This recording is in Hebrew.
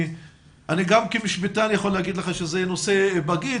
אני גם כמשפטן יכול להגיד לך שזה נושא 'בגיץ'